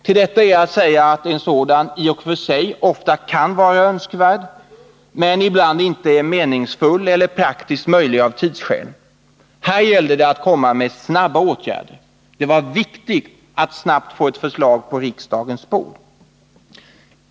Till detta är att säga att en sådan i och för sig ofta kan vara önskvärd men ibland inte meningsfull eller praktiskt möjlig av tidsskäl. Här gällde det att komma med snabba åtgärder. Det var viktigt att snabbt få förslaget på riksdagens bord.